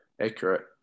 accurate